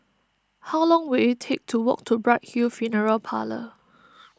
how long will it take to walk to Bright Hill Funeral Parlour